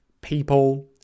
people